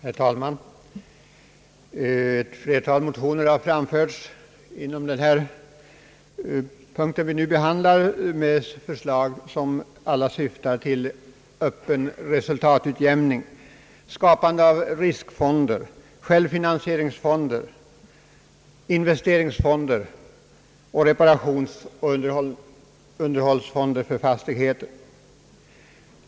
Herr talman! På den punkt vi nu behandlar har väckts ett flertal motioner innehållande förslag som alla syftar till ökad, s.k. öppen resultatutjämning; skapande av riskfonder, självfinansieringsfonder, investeringsfonder samt reparationsoch underhållsfonder för fastigheter.